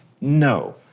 No